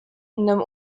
nomme